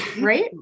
right